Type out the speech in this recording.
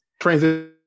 transition